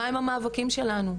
מה הם המאבקים שלנו,